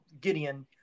Gideon